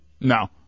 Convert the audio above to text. No